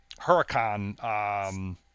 Huracan